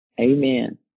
Amen